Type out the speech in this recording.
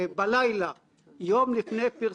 זה נאמר בחוש הומור.